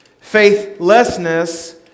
Faithlessness